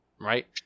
right